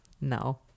No